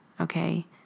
Okay